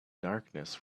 darkness